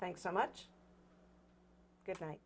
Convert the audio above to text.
thanks so much goodnight